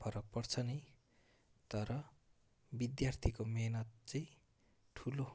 फरक पर्छ नै तर विद्यार्थीको मिहिनेत चाहिँ ठुलो